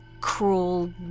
cruel